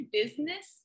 business